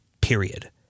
Period